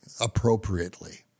appropriately